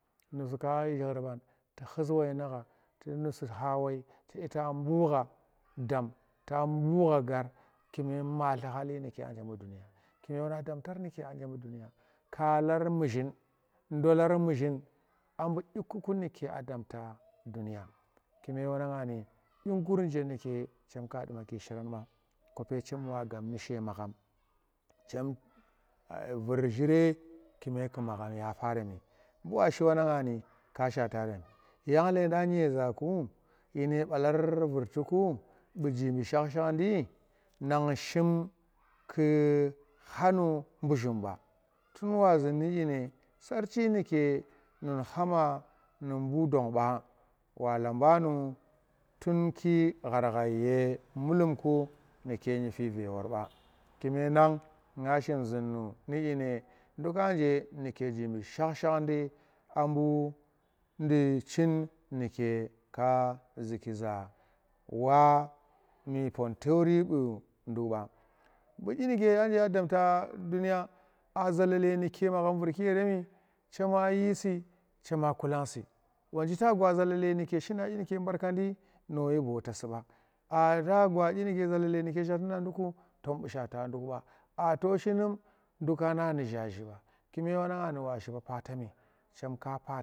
Nusu kashi qurban tu ghus nukha tu nusu kha woi tuda ta bukha dam ta bukkha gar kume mali nuke anje duniya kune nang damtar nuke anje duniya kalar muzhin ndolar muzhin abuu dyiku ku nuke a damta duniya kume wananga ni dyi gur nje nuke chemka dwaki shiran ba kope chem wa gab nushe magham chemki bur chire chem ghut magham tu pa remi ka shata rem yang leedan nyeezaku dyine balar vurti ku bu jimbi shak shakhadi anng shim ku khanu bu zhum ba tun wa zun nudyine sarchi nuke nu kha ma nu buu don ba wa laba nudu ghar ghai ye mullu kundu dyiku nuke nyif ve woor ba kime nanyang nga shim zunnu nu dyine ndukka nje nuke jimbi shakha shakhdi a bu nu chin nuke ka zuki za wa nu pontore bu nduk ba bu dyi nuke anja damta duniya a zalale nuke magham vurki yeremi cham yi si chema kulang si wonji tal gwa zalale nuke shina dyi barkandi no shi boote si ba aa ta gwa dyinuke zalale shi na dyi nuke barkandi no shi boote si ba aa ta gwa dyi nuke zalalle shata na ndukku noka shata nduk ba nduk ka na nu zhaaji ba kuma wanang ni wa shipa patami chem ka.